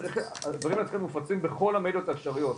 הדברים האלה צריכים להיות מופצים בכל המדיות האפשריות,